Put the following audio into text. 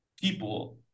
people